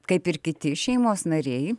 kaip ir kiti šeimos nariai